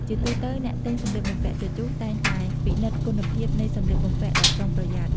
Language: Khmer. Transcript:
ជាទូទៅ អ្នកទិញសម្លៀកបំពាក់ជជុះតែងតែពិនិត្យគុណភាពនៃសម្លៀកបំពាក់ដោយប្រុងប្រយ័ត្ន។